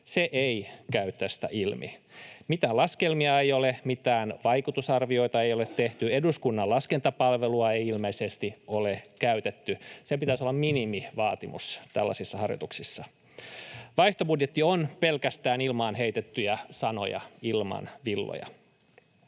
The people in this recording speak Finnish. se ei käy tästä ilmi. Mitään laskelmia ei ole, mitään vaikutusarvioita ei ole tehty. Eduskunnan laskentapalvelua ei ilmeisesti ole käytetty. Sen pitäisi olla minimivaatimus tällaisissa harjoituksissa. Vaihtoehtobudjetti on pelkästään ilmaan heitettyjä sanoja ilman villoja.